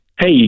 Hey